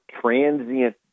transient